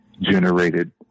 generated